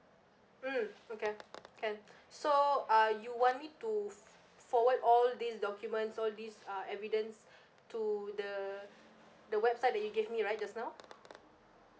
mm okay can so uh you want me to f~ forward all these documents all these ah evidence to the the website that you gave me right just now